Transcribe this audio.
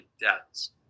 deaths